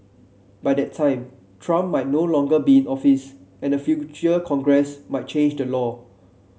by that time Trump might no longer be in office and a future Congress might change the law